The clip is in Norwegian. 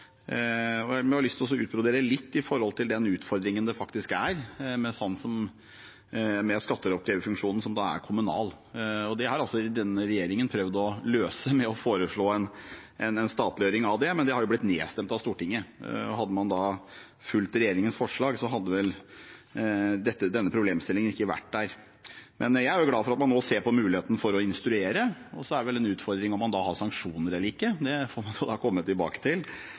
jeg har lyst til å utbrodere litt om den utfordringen det er ved at skatteoppkreverfunksjonen er kommunal. Det har regjeringen prøvd å løse ved å foreslå en statliggjøring av den, men det har blitt nedstemt av Stortinget. Hadde man fulgt regjeringens forslag, hadde denne problemstillingen ikke vært der. Jeg er glad for at man nå ser på muligheten for å instruere, og så er det vel en utfordring om man har sanksjoner eller ikke. Det får man komme tilbake til.